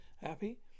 Happy